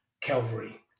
Calvary